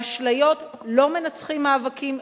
באשליות לא מנצחים מאבקים,